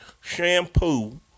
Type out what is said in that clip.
shampoo